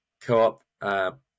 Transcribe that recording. co-op